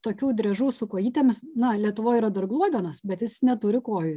tokių driežų su kojytėmis na lietuvoj yra dar gluodenas bet jis neturi kojų